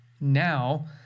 now